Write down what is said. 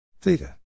theta